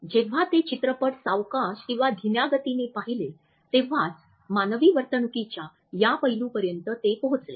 जेव्हा ते चित्रपट सावकाश किंवा धिम्यागतीने पाहिले तेव्हाच मानवी वागणुकीच्या या पैलूंपर्यंत ते पोहोचले